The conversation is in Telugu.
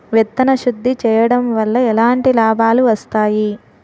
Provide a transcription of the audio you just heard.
విత్తన శుద్ధి చేయడం వల్ల ఎలాంటి లాభాలు వస్తాయి?